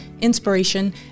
inspiration